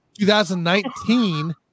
2019